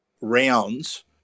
rounds –